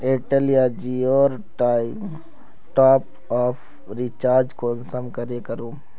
Airtel या जियोर top आप रिचार्ज कुंसम करे करूम?